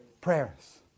Prayers